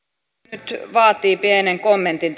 nyt vaatii pienen kommentin